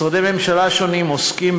משרדי הממשלה השונים עוסקים,